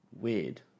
Weird